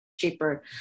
cheaper